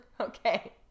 Okay